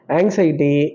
anxiety